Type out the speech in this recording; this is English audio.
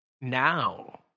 now